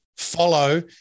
follow